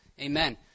Amen